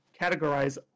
categorize